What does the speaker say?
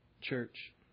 Church